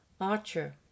Archer